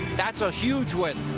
that's a huge win.